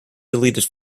deleted